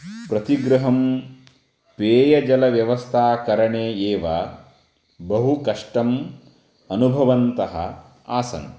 प्रतिगृहं पेयजलव्यवस्थाकरणे एव बहु कष्टम् अनुभवन्तः आसन्